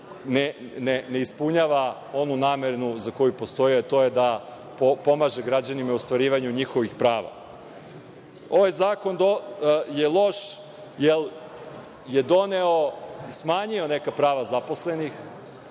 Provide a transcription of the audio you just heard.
ne ispunjava onu namenu za koju postoji, a to je da pomaže građanima u ostvarivanju njihovih prava. Ovaj zakon je loš jer je smanjio neka prava zaposlenih,